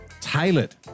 tailored